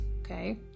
Okay